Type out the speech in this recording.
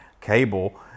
cable